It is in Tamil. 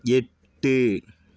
எட்டு